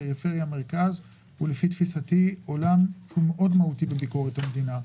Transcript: פריפריה-מרכז הוא לפי תפיסתי עולם מאוד מהותי בביקורת המדינה.